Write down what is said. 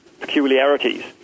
peculiarities